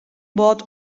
bot